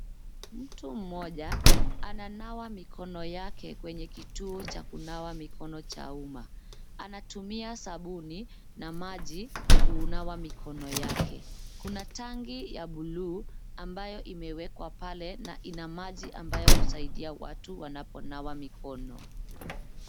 Mtu mmoja ananawa mikono yake kwenye kituo cha kunawa mikono cha umma. Anatumia sabuni na maji kunawa mikono yake. Kuna tangi ya buluu ambayo imewekwa pale na ina maji ambayo husaidia watu wanaponawa mikono.